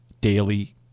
daily